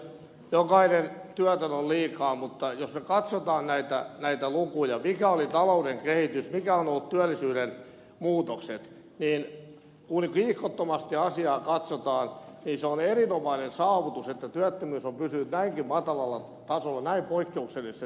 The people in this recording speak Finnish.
jokainen työtön on liikaa mutta jos me katsomme näitä lukuja mikä oli talouden kehitys mitkä ovat olleet työllisyyden muutokset niin kun kiihkottomasti asiaa katsotaan se on erinomainen saavutus että työttömyys on pysynyt näinkin matalalla tasolla näin poikkeuksellisessa tilanteessa